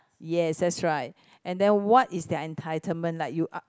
yes that's right and then what is their entitlement like you uh